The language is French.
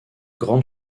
grande